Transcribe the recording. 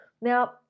Now